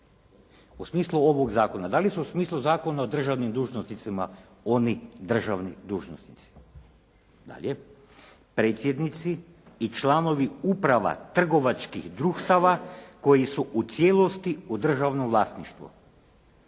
U smislu ovog zakona, da li su u smislu Zakona o državnim dužnosnicima oni državni dužnosnici? Dalje, predsjednici i članovi uprava trgovačkih društava koji su u cijelosti u državnom vlasništvu.